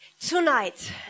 tonight